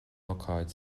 ócáid